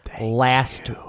last